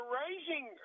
rising